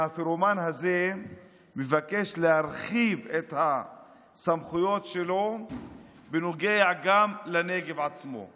והפירומן הזה מבקש להרחיב את הסמכויות שלו בנוגע גם לנגב עצמו.